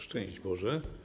Szczęść Boże!